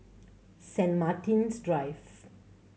Saint Martin's Drive